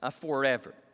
forever